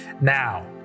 Now